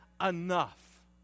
enough